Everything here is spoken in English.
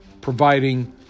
providing